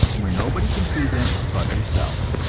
where nobody can feed them but yourself.